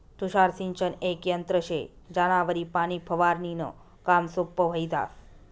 तुषार सिंचन येक यंत्र शे ज्यानावरी पाणी फवारनीनं काम सोपं व्हयी जास